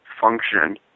function